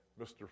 Mr